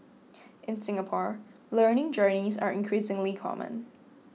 in Singapore learning journeys are increasingly common